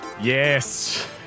Yes